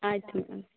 ಆಯ್ತು ಮೇಡಂ